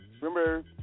Remember